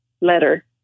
letter